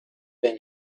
been